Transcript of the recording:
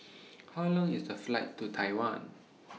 How Long IS The Flight to Taiwan